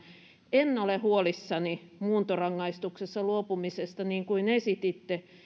en ole huolissani muuntorangaistuksesta luopumisesta niin kuin esititte